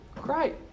Great